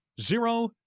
zero